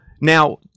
now